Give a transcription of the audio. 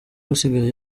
usigaye